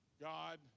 God